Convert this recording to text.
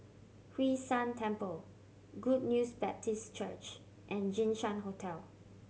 Hwee San Temple Good News Baptist Church and Jinshan Hotel